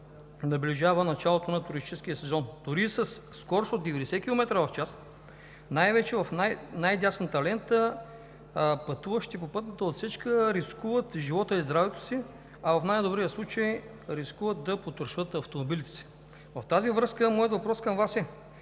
наближава началото на туристическия сезон. Дори със скорост от 90 км/ч, най-вече в най дясната лента, пътуващите по пътната отсечка рискуват живота и здравето си, а в най-добрия случай рискуват да потрошат автомобилите си. В тази връзка моят въпрос към Вас е: